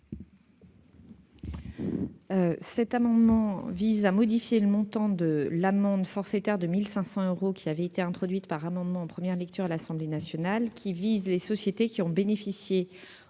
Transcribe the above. Cet amendement vise à modifier le montant de l'amende forfaitaire de 1 500 euros, qui avait été introduite par amendement en première lecture à l'Assemblée nationale et qui vise les sociétés ayant bénéficié,